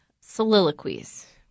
soliloquies